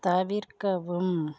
தவிர்க்கவும்